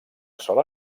sola